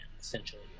essentially